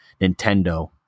Nintendo